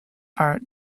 are